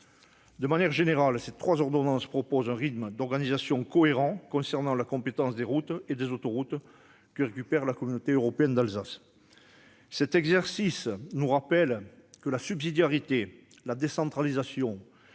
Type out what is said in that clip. D'une manière générale, les trois ordonnances proposent un rythme d'organisation cohérent concernant la compétence des routes et des autoroutes que récupère la CEA. L'exercice nous rappelle que la subsidiarité, la décentralisation